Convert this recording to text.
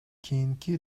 кийинки